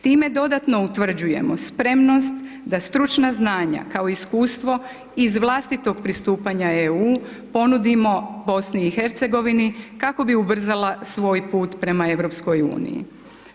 Time dodatno utvrđujemo spremnost da stručna znanja kao iskustvo iz vlastitog pristupanja EU-u, ponudimo BiH kako bi ubrzala svoj put prema EU-u.